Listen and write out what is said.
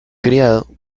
criado